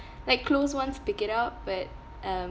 like close ones pick it up but um